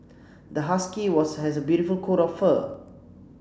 the husky was has a beautiful coat of fur